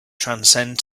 transcend